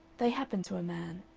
they happen to a man.